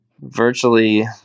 Virtually